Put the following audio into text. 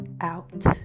out